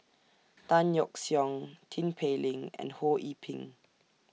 Tan Yeok Seong Tin Pei Ling and Ho Yee Ping